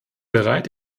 bereit